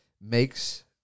makes